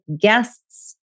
guests